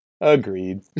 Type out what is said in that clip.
Agreed